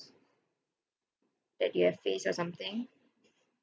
that you have faced or something